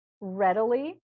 readily